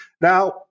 Now